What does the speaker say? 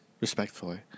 respectfully